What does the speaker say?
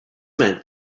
meant